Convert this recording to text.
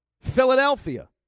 Philadelphia